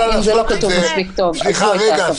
אם זה לא כתוב מספיק טוב --- אבל את לא יכולה לעשות את זה.